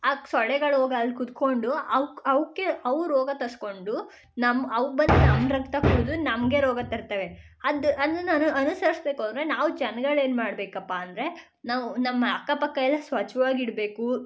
ಆ ಕ್ ಸೊಳ್ಳೆಗಳು ಹೋಗಿ ಅಲ್ಲಿ ಕುತ್ಕೊಂಡು ಅವ್ಕೆ ಅವಕ್ಕೇ ಅವು ರೋಗ ತರಿಸ್ಕೊಂಡು ನಮ್ಮ ಅವು ಬಂದು ನಮ್ಮ ರಕ್ತ ಕುಡಿದು ನಮಗೇ ರೋಗ ತರ್ತವೆ ಅದು ಅದು ನಾನು ಅನುಸರಿಸ್ಬೇಕು ಅಂದರೆ ನಾವು ಜನ್ಗಳು ಏನು ಮಾಡಬೇಕಪ್ಪ ಅಂದರೆ ನಾವು ನಮ್ಮ ಅಕ್ಕಪಕ್ಕ ಎಲ್ಲ ಸ್ವಚ್ಛವಾಗಿಡ್ಬೇಕು